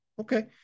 Okay